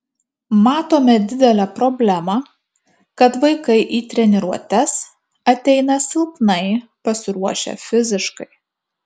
matome didelę problemą kad vaikai į treniruotes ateina silpnai pasiruošę fiziškai